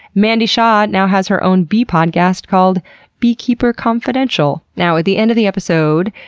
mandy shaw now has her own bee podcast called beekeeper confidential. now, at the end of the episode,